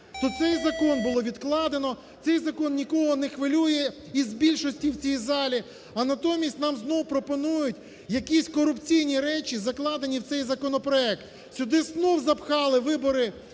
то цей закон було відкладено, цей закон нікого не хвилює із більшості в цій залі. А натомість нам знов пропонують якісь корупційні речі, закладені в цей законопроект. Сюди знов запхали вибори